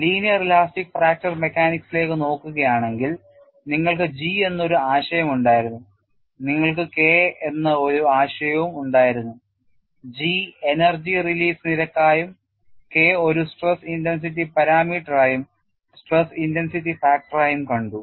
linear elastic fracture മെക്കാനിക്സിലേക്ക് നോക്കുകയാണെങ്കിൽ നിങ്ങൾക്ക് G എന്ന ഒരു ആശയം ഉണ്ടായിരുന്നു നിങ്ങൾക്ക് K എന്ന ഒരു ആശയം ഉണ്ടായിരുന്നു G എനർജി റിലീസ് നിരക്കായും K ഒരു സ്ട്രെസ് ഇന്റൻസിറ്റി പാരാമീറ്ററായും സ്ട്രെസ് ഇന്റൻസിറ്റി ഫാക്ടറായും കണ്ടു